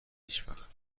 هیچوقت